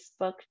Facebook